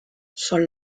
son